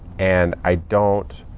and i don't,